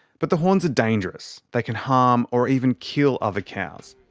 but the horns are dangerous. they can harm, or even kill, other cows.